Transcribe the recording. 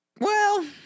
Well-